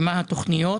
מה התכניות?